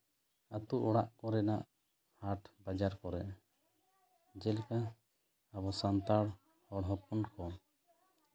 ᱟᱹᱛᱩ ᱚᱲᱟᱜ ᱠᱚᱨᱮᱱᱟᱜ ᱦᱟᱴ ᱵᱟᱡᱟᱨ ᱠᱚᱨᱮ ᱡᱮᱞᱮᱠᱟ ᱟᱵᱚ ᱥᱟᱱᱛᱟᱲ ᱦᱚᱲ ᱦᱚᱯᱚᱱ ᱠᱚ